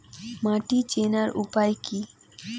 মাটি চেনার উপায় কি?